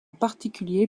particulier